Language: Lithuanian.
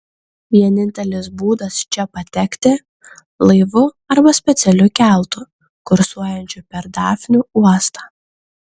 vienintelis būdas čia patekti laivu arba specialiu keltu kursuojančiu per dafnių uostą